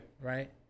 Right